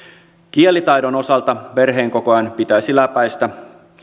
kielitaidon osalta perheenkokoajan pitäisi läpäistä